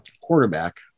quarterback